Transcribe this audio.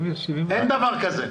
אין דבר כזה.